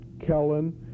Kellen